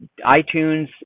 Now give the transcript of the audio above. iTunes